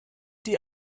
die